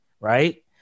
right